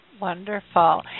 Wonderful